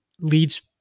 leads